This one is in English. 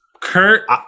Kurt